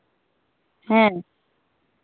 ᱦᱮᱸ